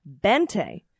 Bente